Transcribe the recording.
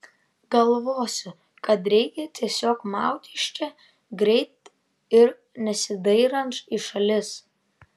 galvosiu kad reikia tiesiog maut iš čia greit ir nesidairant į šalis